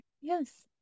yes